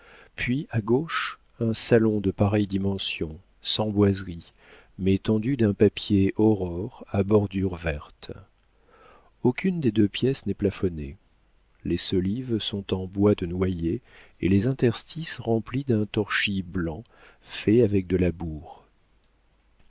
puis à gauche un salon de pareille dimension sans boiseries mais tendu d'un papier aurore à bordure verte aucune des deux pièces n'est plafonnée les solives sont en bois de noyer et les interstices remplis d'un torchis blanc fait avec de la